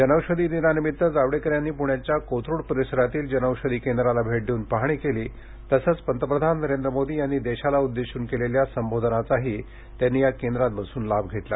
जनौषधी दिनानिमित्त जावडेकर यांनी पुण्याच्या कोथरूड परिसरातील जनौषधी केंद्राला भेट देऊन पाहणी केली तसंच पंतप्रधान नरेंद्र मोदी यांनी देशाला उद्देशून केलेल्या संबोधनाचाही त्यांनी या केंद्रात बसून लाभ घेतला